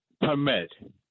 permit